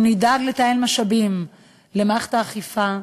אם נדאג לתעל משאבים למערכת האכיפה,